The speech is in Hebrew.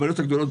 בעיקר הגדולות,